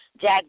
Jack